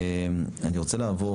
אני רוצה לעבור